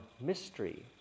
mystery